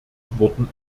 wurden